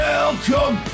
Welcome